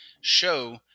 show